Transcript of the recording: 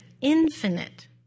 infinite